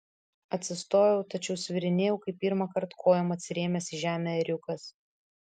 atsistojau tačiau svyrinėjau kaip pirmąkart kojom atsirėmęs į žemę ėriukas